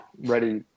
ready